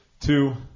Two